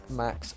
max